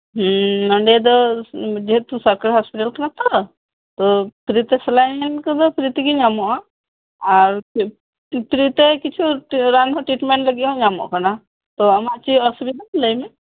ᱦᱮᱸ ᱱᱚᱰᱮ ᱫᱚ ᱡᱮᱦᱮᱛᱩ ᱥᱚᱨᱠᱟᱨᱤ ᱦᱚᱥᱯᱤᱴᱟᱞ ᱠᱟᱱᱟᱛᱚ ᱛᱚ ᱯᱷᱨᱤᱛᱮ ᱥᱮᱞᱟᱭᱤᱱ ᱠᱚᱫᱚ ᱯᱷᱨᱤᱛᱮᱜᱤ ᱧᱟᱢᱚᱜ ᱟ ᱟᱨ ᱯᱷᱨᱤᱛᱮ ᱠᱤᱪᱷᱩ ᱨᱟᱱᱦᱚᱸ ᱯᱷᱨᱤᱴᱮ ᱧᱟᱢᱚᱜ ᱠᱟᱱᱟ ᱛᱚ ᱟᱢᱟᱜ ᱪᱮᱫ ᱚᱥᱩᱵᱤᱛᱷᱟ ᱞᱟᱹᱭᱢᱮ